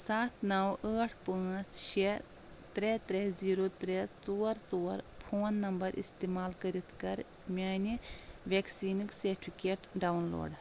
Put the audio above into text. ستھ نو ٲٹھ پانٛژھ شیٚے ترٛےٚ ترٛےٚ زیرو ترٛےٚ ژور ژور فون نمبر استعمال کٔرِتھ کر میانہِ ویکسیٖنُک سٹِفکیٹ ڈاؤن لوڈ